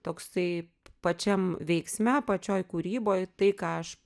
toksai pačiam veiksme pačioj kūryboj tai ką aš